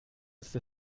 ist